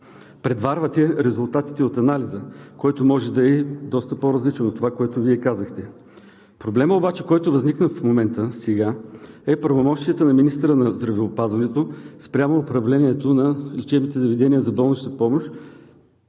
предварвате резултатите от анализа, който може да е доста по-различен от това, което Вие казахте. Проблемът, който възникна в момента, са правомощията на министъра на здравеопазването спрямо управлението на лечебните заведения за болнична помощ